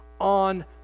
on